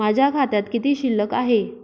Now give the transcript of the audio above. माझ्या खात्यात किती शिल्लक आहे?